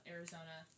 Arizona